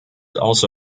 also